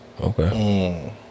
Okay